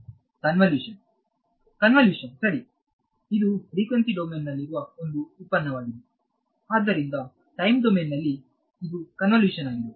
ವಿದ್ಯಾರ್ಥಿ convolution convolution ಸರಿ ಇದು ಫ್ರಿಕ್ವೆನ್ಸಿ ಡೊಮೇನ್ನಲ್ಲಿನ ಒಂದು ಉತ್ಪನ್ನವಾಗಿದೆ ಆದ್ದರಿಂದ ಟೈಮ್ ಡೊಮೇನ್ನಲ್ಲಿ ಇದು ಕನ್ವಲ್ಯೂಷನ್ ಆಗಿದೆ